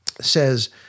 says